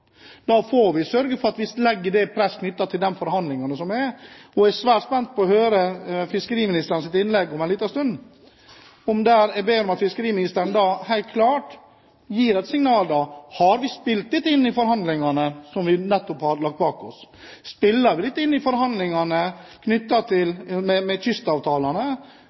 vi sørge for at vi legger press i forhandlingene knyttet til det. Jeg er svært spent på å høre fiskeriministerens innlegg om en liten stund. Jeg ber om at hun da helt klart gir signal om at de har spilt dette inn i de forhandlingene som vi nettopp har lagt bak oss. Hvis vi spiller dette inn i forhandlingene